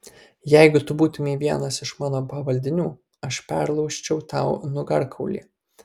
jeigu tu būtumei vienas iš mano pavaldinių aš perlaužčiau tau nugarkaulį